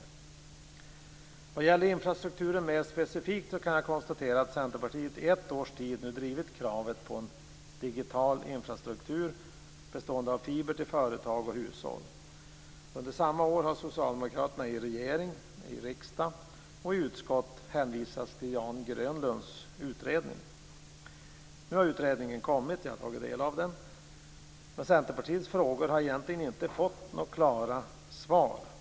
När det gäller infrastrukturen mer specifikt kan jag konstatera att Centerpartiet i ett års tid nu har drivit kravet på en digital infrastruktur bestående av fiber till företag och hushåll. Under samma år har socialdemokraterna i regering, i riksdag och i utskott hänvisat till Jan Grönlunds utredning. Nu har utredningen kommit, och jag har tagit del av den, men Centerpartiets frågor har egentligen inte fått några klara svar.